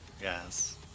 Yes